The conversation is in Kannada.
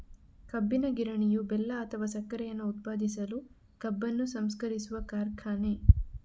ಕಬ್ಬಿನ ಗಿರಣಿಯು ಬೆಲ್ಲ ಅಥವಾ ಸಕ್ಕರೆಯನ್ನ ಉತ್ಪಾದಿಸಲು ಕಬ್ಬನ್ನು ಸಂಸ್ಕರಿಸುವ ಕಾರ್ಖಾನೆ